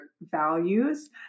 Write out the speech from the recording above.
values